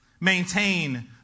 Maintain